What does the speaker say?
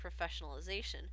professionalization